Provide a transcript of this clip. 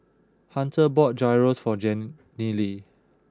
Hunter bought Gyros for Jenilee